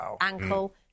ankle